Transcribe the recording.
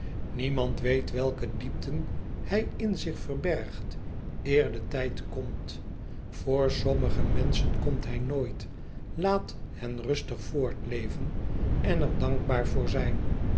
niemand weet welke diepten hij in zich verbergt eer de tijd komt voor sommige menschen komt hij nooit laat hen rustig voortleven en er dankbaar voor zijn